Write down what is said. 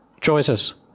Choices